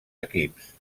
equips